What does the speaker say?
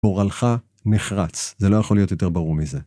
גורלך נחרץ, זה לא יכול להיות יותר ברור מזה.